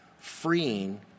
freeing